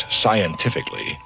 scientifically